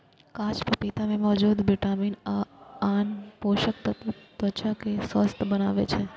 कांच पपीता मे मौजूद विटामिन आ आन पोषक तत्व त्वचा कें स्वस्थ बनबै छै